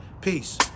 Peace